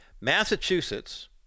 Massachusetts